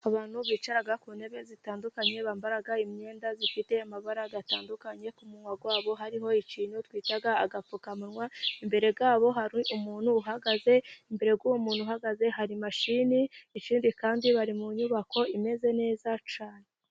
Abantu bicara ku ntebe zitandukanye, bambara imyenda ifite amabara atandukanye. Ku munwa wabo hariho ikintu twita agapfukamunwa. Imbere yabo hari umuntu uhagaze; imbere y’uwo muntu uhagaze hari imashini. Ikindi, kandi bari mu nyubako imeze neza cyane.